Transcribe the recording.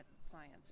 science